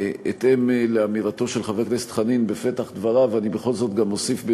ובהתאם לאמירתו של חבר הכנסת חנין בפתח דבריו אני בכל זאת אוסיף,